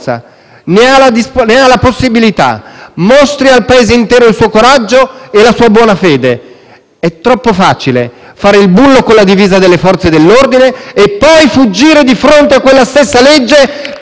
È troppo facile fare il bullo con la divisa delle Forze dell'ordine e poi fuggire di fronte a quella stessa legge che tutti i giorni, combattendo e rischiando la vita, quelle donne e quegli uomini in divisa tentano di far rispettare.